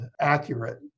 accurate